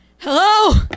Hello